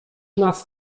nas